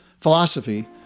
philosophy